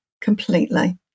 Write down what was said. completely